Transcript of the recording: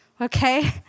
Okay